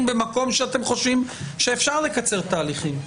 במקום שאתם חושבים שאפשר לקצר תהליכים.